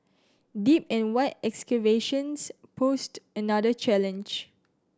deep and wide excavations posed another challenge